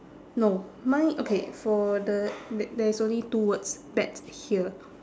no mine okay for the th~ there is only two words bet here